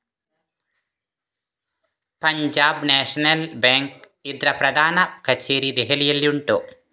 Punjab National Bank ಇದ್ರ ಪ್ರಧಾನ ಕಛೇರಿ ದೆಹಲಿಯಲ್ಲಿ ಉಂಟು